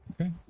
Okay